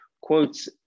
quotes